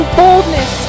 boldness